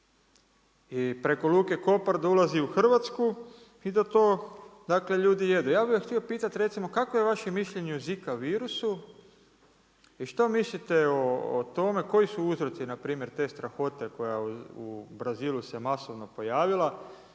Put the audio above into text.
i preko luke Kopar da ulazi u Hrvatsku i da to, dakle ljudi jedu. Ja bih vas htio pitati recimo kakvo je vaše mišljenje o zika virusu i što mislite o tome koji su uzroci na primjer te strahote koja u Brazilu se masovno pojavila.